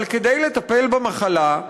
אבל כדי לטפל במחלה,